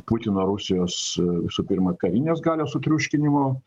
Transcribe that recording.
putino rusijos visų pirma karinės galios sutriuškinimo